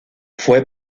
fue